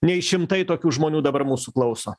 nei šimtai tokių žmonių dabar mūsų klauso